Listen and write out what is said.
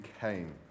came